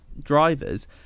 drivers